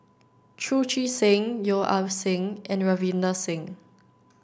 Chu Chee Seng Yeo Ah Seng and Ravinder Singh